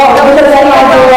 לפי מידותיו.